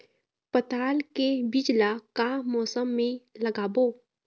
पताल के बीज ला का मौसम मे लगाबो?